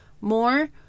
more